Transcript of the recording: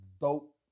dope